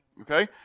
Okay